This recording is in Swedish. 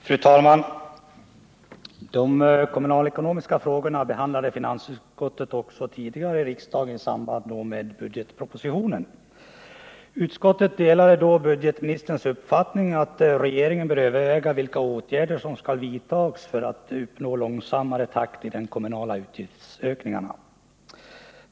Fru talman! De kommunalekonomiska frågorna behandlade finansutskottet också tidigare i samband med budgetpropositionen. Utskottet delade då budgetministerns uppfattning att regeringen bör överväga vilka åtgärder som skall vidtagas för att uppnå en långsammare takt i de kommunala utgiftsökningarna.